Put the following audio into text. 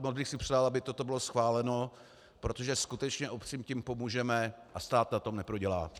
Moc bych si přál, aby toto bylo schváleno, protože skutečně obcím tím pomůžeme a stát na tom neprodělá.